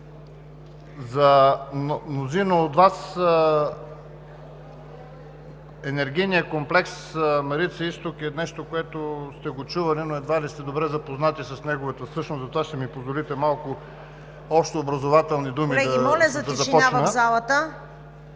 За мнозина от Вас Енергийният комплекс „Марица изток“ е нещо, което сте го чували, но едва ли сте добре запознати с неговата същност, затова ще ми позволите да започна с малко общообразователни думи.